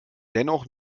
dennoch